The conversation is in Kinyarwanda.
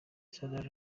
saddam